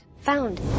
Found